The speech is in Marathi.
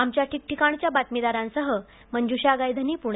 आमच्या ठिकठिकाणच्या बातमीदारांसह मंजुषा गायधनी पुणे